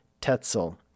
Tetzel